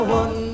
one